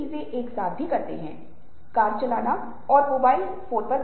इसलिए साझा करने वाले समुदाय बहुत महत्वपूर्ण थे